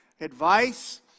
advice